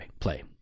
Play